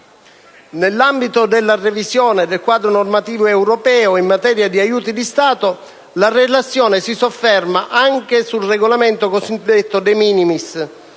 Nell'ambito della revisione del quadro normativo europeo in materia di aiuti di Stato, la Relazione si sofferma anche sul regolamento cosiddetto *de minimis*,